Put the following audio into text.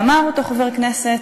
ואמר אותו חבר כנסת: